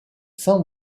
sans